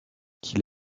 qu’il